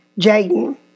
Jaden